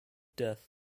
death